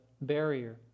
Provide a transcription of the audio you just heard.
barrier